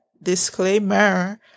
disclaimer